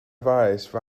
faes